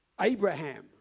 Abraham